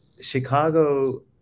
Chicago